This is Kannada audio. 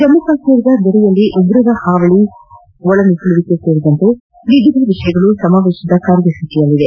ಜಮ್ಮು ಕಾಶ್ಮೀರದ ಗಡಿಯಲ್ಲಿ ಉಗ್ರರ ಹಾವಳಿ ಒಳನುಸುಳಿಕೆ ಸೇರಿದಂತೆ ವಿವಿಧ ವಿಷಯಗಳು ಸಮಾವೇಶದ ಕಾರ್ಯಸೂಚಿಯಲ್ಲಿವೆ